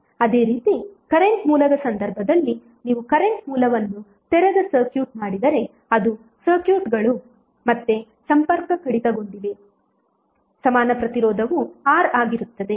ಅದೇ ರೀತಿ ಕರೆಂಟ್ ಮೂಲದ ಸಂದರ್ಭದಲ್ಲಿ ನೀವು ಕರೆಂಟ್ ಮೂಲವನ್ನು ತೆರೆದ ಸರ್ಕ್ಯೂಟ್ ಮಾಡಿದರೆ ಅದು ಸರ್ಕ್ಯೂಟ್ಗಳು ಮತ್ತೆ ಸಂಪರ್ಕ ಕಡಿತಗೊಂಡಿದೆ ಸಮಾನ ಪ್ರತಿರೋಧವು R ಆಗಿರುತ್ತದೆ